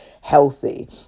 healthy